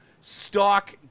stock